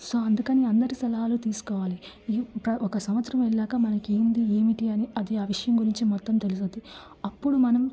so అందుకని అందరి సలహాలు తీసుకోవాలి ఒక సంవత్సరం వెళ్ళాక మనకి ఏంది ఏమీటి అని అది ఆ విషయం గురించి మొత్తం తెలుసుద్ది అప్పుడు మనం